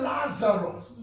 Lazarus